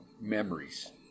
memories